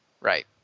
Right